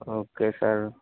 okay sir